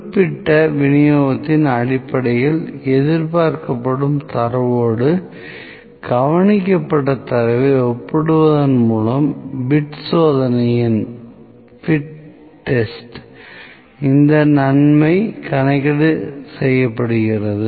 குறிப்பிட்ட விநியோகத்தின் அடிப்படையில் எதிர்பார்க்கப்படும் தரவோடு கவனிக்கப்பட்ட தரவை ஒப்பிடுவதன் மூலம் பிட் சோதனையில் இந்த நன்மை கணக்கீடு செய்யப்படுகிறது